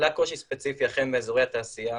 עלה קושי ספציפי אכן באזורי התעשייה.